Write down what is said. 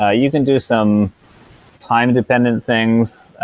ah you can do some time-dependent things.